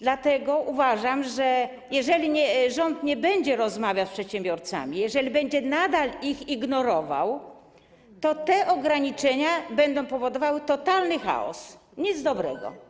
Dlatego uważam, że jeżeli rząd nie będzie rozmawiał z przedsiębiorcami, jeżeli nadal będzie ich ignorował, to te ograniczenia będą powodowały totalny chaos, nic dobrego.